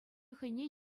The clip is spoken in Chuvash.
хӑйне